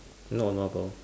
no not a problem